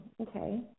Okay